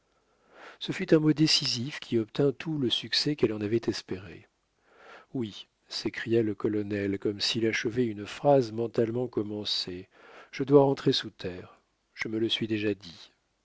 ce fut un mot décisif qui obtint tout le succès qu'elle en avait espéré oui s'écria le colonel comme s'il achevait une phrase mentalement commencée je dois rentrer sous terre je me le suis déjà dit